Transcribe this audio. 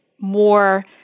more